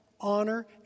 honor